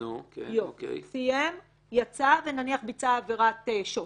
הוא סיים, יצא ונניח ביצע עבירת שוד.